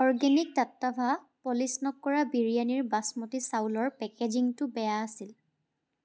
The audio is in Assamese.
অৰ্গেনিক টাট্টাভা পলিচ নকৰা বিৰিয়ানীৰ বাচমতী চাউলৰ পেকেজিঙটো বেয়া আছিল